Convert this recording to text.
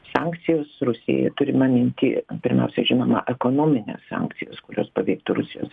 sankcijos rusijai turima minty pirmiausia žinoma ekonomines sankcijas kurios paveiktų rusijos